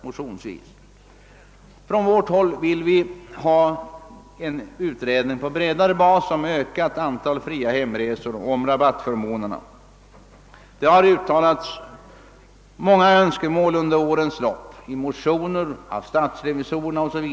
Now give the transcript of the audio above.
På vårt håll vill vi emellertid också ha en utredning på bredare bas om ett ökat antal fria hemresor och om rabattförmånerna. Det har under årens lopp uttalats många önskemål — i motioner, från statsrevisorerna 0.s. v.